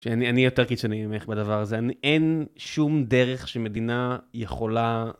שאני יותר קיצוני ממך בדבר הזה, אין שום דרך שמדינה יכולה...